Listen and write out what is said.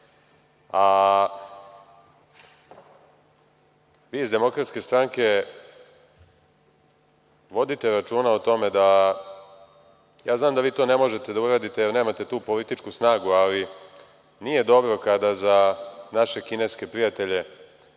vi iz DS vodite računa o tome, mada ja znam da vi to ne možete da uradite, jer nemate tu političku snagu, ali nije dobro kada za naše kineske prijatelje